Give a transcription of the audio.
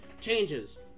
Changes